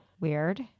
Weird